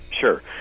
Sure